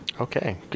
okay